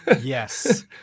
Yes